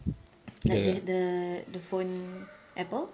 like the the the phone Apple